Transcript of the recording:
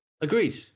Agreed